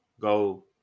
go